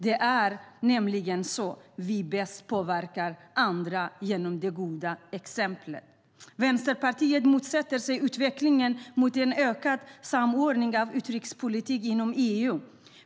Det är nämligen så vi bäst påverkar andra: genom det goda exemplet. Vänsterpartiet motsätter sig utvecklingen mot en ökad samordning av utrikespolitik inom EU.